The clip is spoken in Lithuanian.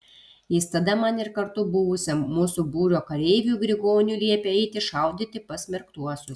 jis tada man ir kartu buvusiam mūsų būrio kareiviui grigoniui liepė eiti šaudyti pasmerktuosius